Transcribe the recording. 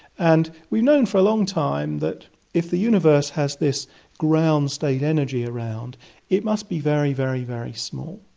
and we've known for a long time that if the universe has this ground state energy around it must be very, very, very small,